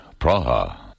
Praha